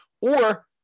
Or-